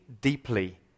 deeply